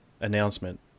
announcement